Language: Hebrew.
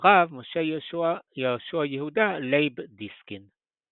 והרב משה יהושע יהודה ליב דיסקין.